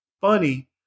funny